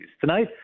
Tonight